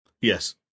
Yes